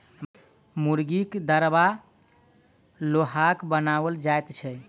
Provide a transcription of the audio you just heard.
मुर्गीक दरबा लोहाक बनाओल जाइत छै